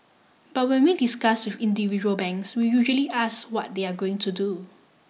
but when we discuss individual banks we usually ask what they are going to do